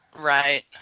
Right